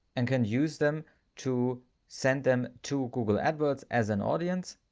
and can use them to send them to google adwords as an audience